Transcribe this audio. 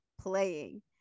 playing